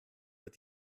wird